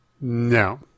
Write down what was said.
no